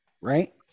Right